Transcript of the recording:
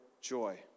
joy